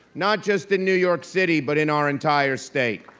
not just in new york city, but in our entire state.